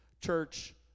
church